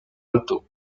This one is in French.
alto